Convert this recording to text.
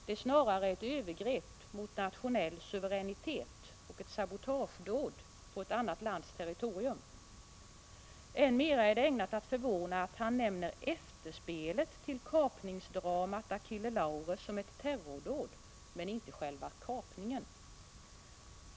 Det är snarare ett övergrepp mot nationell suveränitet och ett sabotagedåd på ett annat lands territorium. Än mer är det ägnat att förvåna att han nämner efterspelet till kapningsdramat Achille Lauro som ett terrordåd, men inte nämner själva kapningen.